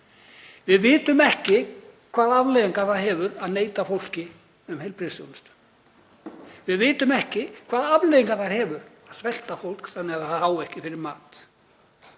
Við vitum ekki hvaða afleiðingar það hefur að neita fólki um heilbrigðisþjónustu. Við vitum ekki hvaða afleiðingar það hefur að svelta fólk þannig að það eigi ekki fyrir mat.